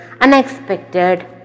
unexpected